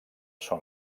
són